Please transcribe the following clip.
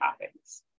topics